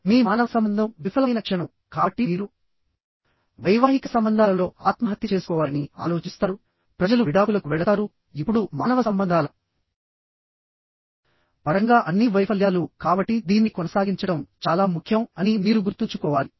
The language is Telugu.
మీ మానవ సంబంధం విఫలమైన క్షణం కాబట్టి మీరు వైవాహిక సంబంధాలలో ఆత్మహత్య చేసుకోవాలని ఆలోచిస్తారు ప్రజలు విడాకులకు వెళతారు ఇప్పుడు మానవ సంబంధాల పరంగా అన్నీ వైఫల్యాలు కాబట్టి దీన్ని కొనసాగించడం చాలా ముఖ్యం అని మీరు గుర్తుంచుకోవాలి